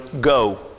go